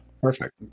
perfect